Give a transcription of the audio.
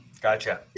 Gotcha